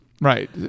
Right